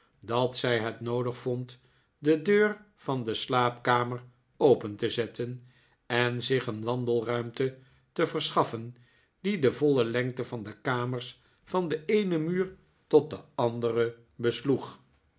dat zij het noodig vond de deur van de slaapkamer open te zetten en zich een wandelruimte te verschaffen die de voile lengte van de kamers van den eenen muur tot den anderen besloeg